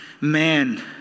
man